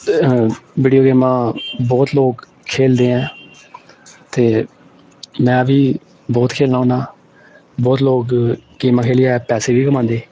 ते वीडियो गेमां बौह्त लोक खेलदे ऐं ते में बी बौह्त खेलना होन्ना बौह्त लोक गेमां खेलियै पैसे बी कमांदे